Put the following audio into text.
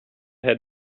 had